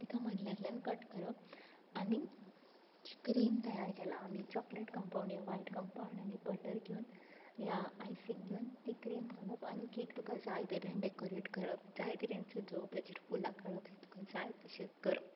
ताका मदल्यांतल्यान कट करप आनीक जी क्रीम तयार केला आमी चॉकलेट कंपावंड या वायट कंपावंड आनी बटर घेवन या आयसींग घेवन ती क्रीम घालप आनी केक तुका जाय तरेन डॅकोरेट करप जाय तरेन सजोवप ताजेर फुलां काडप हें तुका जाय तशें करप